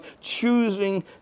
choosing